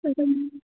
ꯑꯗꯨꯝ